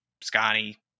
Scotty